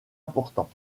important